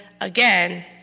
again